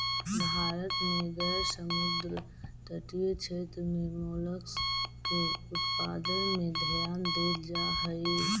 भारत में गैर समुद्र तटीय क्षेत्र में मोलस्का के उत्पादन में ध्यान देल जा हई